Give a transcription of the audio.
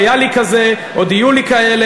היה לי כזה, עוד יהיו לי כאלה.